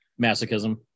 Masochism